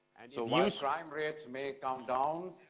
and so while and so crime rates may come down,